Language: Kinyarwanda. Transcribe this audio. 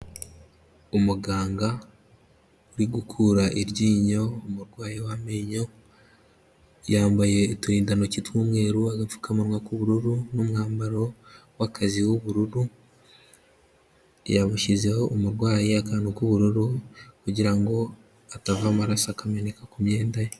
Umuganga uri gukura iryinyo umurwayi w'amenyo, yambaye uturindantoki tw'umweru, agapfukamunwa k'ubururu n'umwambaro w'akazi w'ubururu, yamushyizeho umurwayi akantu k'ubururu, kugira ngo atava amaraso akameneka ku myenda ye.